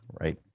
right